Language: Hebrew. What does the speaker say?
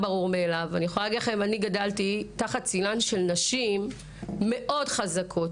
אני גדלתי תחת צילן של נשים מאוד חזקות,